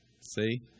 See